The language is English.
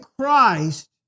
Christ